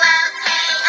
okay